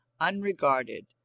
unregarded